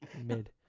mid